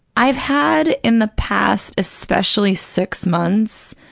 i've had, in the past especially six months,